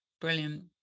brilliant